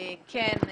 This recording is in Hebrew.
כן.